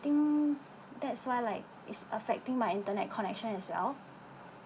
think that's why like it's affecting my internet connection as well